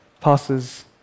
passes